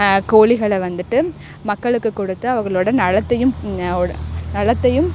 கோழிகள வந்துட்டு மக்களுக்குக் கொடுத்து அவர்களோட நலத்தையும் வோட நலத்தையும்